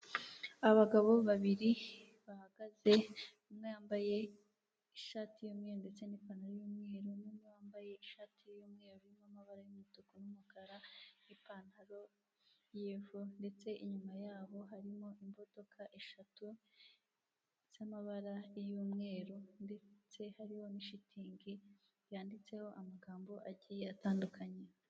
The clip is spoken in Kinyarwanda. Abagabo babiri bahagaze umwe yambaye ishati y'umweru ndetse n'ipantaro yumweru, n'undi wambaye ishati y'umweru n'amabara y'umutuku n'umukara n'ipantaro y'ivu, ndetse inyuma yabo harimo imodoka eshatu z'amabara y'umweru, ndetse hariho n'ishitingi yanditseho amagambo agiye atandukanye.